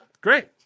Great